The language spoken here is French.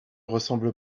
ressemble